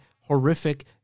horrific